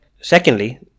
Secondly